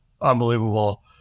unbelievable